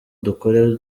dukore